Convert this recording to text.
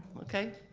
okay,